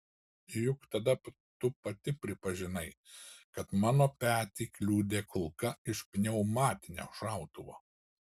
juk tada tu pati pripažinai kad mano petį kliudė kulka iš pneumatinio šautuvo